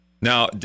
Now